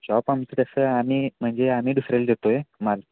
shop आमचं कसं आम्ही म्हणजे आम्ही दुसऱ्याला देतो आहे माल